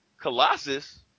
Colossus